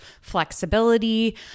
flexibility